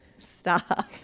Stop